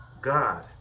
God